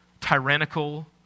tyrannical